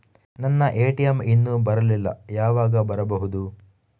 ನನ್ನ ಎ.ಟಿ.ಎಂ ಇನ್ನು ಬರಲಿಲ್ಲ, ಯಾವಾಗ ಬರಬಹುದು?